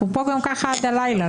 אנחנו כאן עד הלילה.